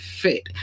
fit